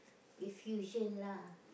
with fusion lah